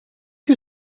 you